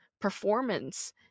performance